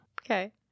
Okay